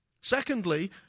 Secondly